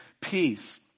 peace